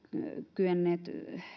kyenneet